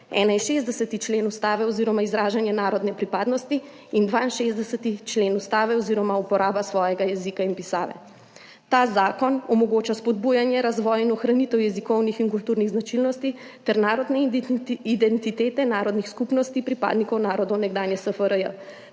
61. člen Ustave oziroma izražanje narodne pripadnosti in 62. člen Ustave oziroma uporaba svojega jezika in pisave. Ta zakon omogoča spodbujanje razvoja in ohranitev jezikovnih in kulturnih značilnosti ter narodne identitete narodnih skupnosti pripadnikov narodov nekdanje SFRJ.